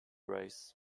race